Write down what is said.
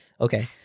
Okay